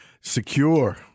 secure